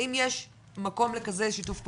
האם יש מקום לכזה שיתוף פעולה?